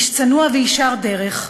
איש צנוע וישר דרך,